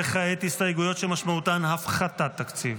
וכעת, הסתייגויות שמשמעותן הפחתת תקציב.